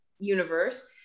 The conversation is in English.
universe